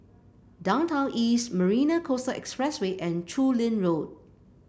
Downtown East Marina Coastal Expressway and Chu Lin Road